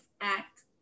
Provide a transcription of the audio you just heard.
act